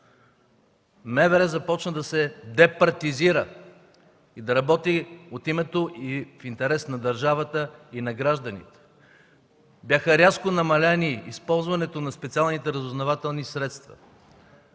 МВР започна да се департизира и да работи от името и в интерес на държавата и на гражданите. Беше рязко намалено използването на специалните разузнавателни средства.